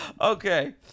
Okay